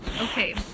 Okay